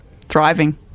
thriving